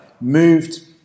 moved